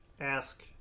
ask